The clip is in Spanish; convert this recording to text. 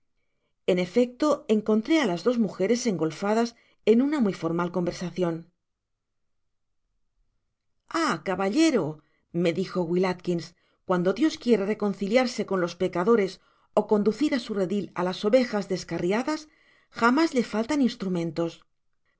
en efecto encontré á las dos mujeres engolfadas en una muy formal conversacion content from google book search generated at ah caballero me dijo wiu atkins cuando dios quiere reconciliarse con los pecadores ó conducir á su redi á las ovejas dessarriadas jamás le faltan instrumentos